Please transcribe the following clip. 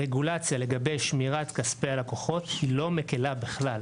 הרגולציה לגבי שמירת כספי הלקוחות היא לא מקלה בכלל.